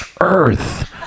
earth